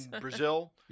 Brazil